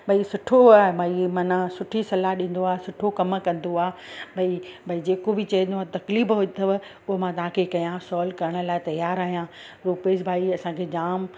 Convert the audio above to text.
भई सुठो आहे भई माना सुठी सलाह ॾींदो आहे सुठो कमु कंदो आहे भई भई जेको बि चईंदो आहे तकलीफ़ अथव उहो मां तव्हांखे कया सोल्व करण लाइ तयार आहियां रूपेश भाई असांखे जाम